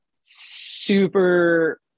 super